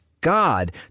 God